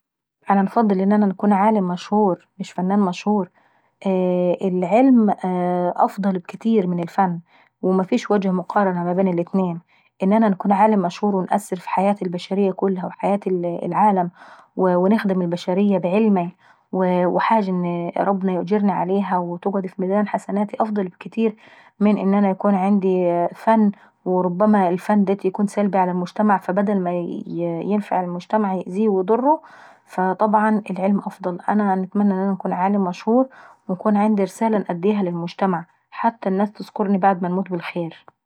انا انفضل ان انا نكون عالم مشهور مش فنان مشهور. العلم أفضل بكاتير من الفن، ومفيش وجه مقارنة بين الاتنين. ان انا نكون عالم مشهور ونأثر في حياة البشرية كلها وحياة العالم، ونخدم البشرية كلها بعلماي، وحاجة ربنا يؤجرني عليها وتقعد في ميزان حسنات أفضل بكاتير من ان يكون عندي فن. وربما الفن دا يكون سلبي على المجتمع فبدل ما ينفع المجتمع يأذيه ويضره. فطبعا العلم أفضل، انا نتمنى نكون عالم مشهور ويكون عندي رسالة نأديها للمجتمع، حتى الناس بعدين تذكرني بالخير.